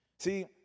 See